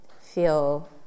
feel